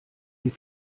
die